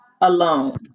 alone